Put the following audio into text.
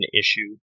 issue